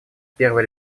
первый